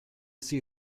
see